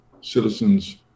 citizens